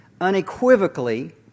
Unequivocally